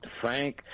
Frank